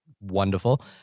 wonderful